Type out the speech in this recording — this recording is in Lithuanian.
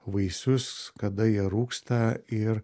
vaisius kada jie rūgsta ir